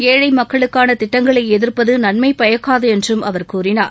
ஏழை மக்களுக்கான திட்டங்களை எதிர்ப்பது நன்மை பயக்காது என்றும் அவர் கூறினார்